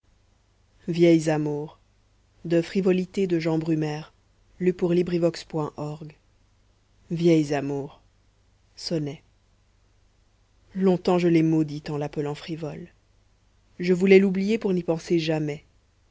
vieilles amours sonnet longtemps je l'ai maudite en l'appelant frivole je voulais l'oublier pour n'y penser jamais